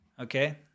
Okay